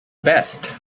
best